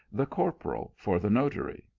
the corporal for the notary.